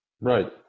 right